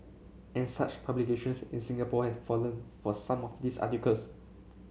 and such publications in Singapore have fallen for some of these articles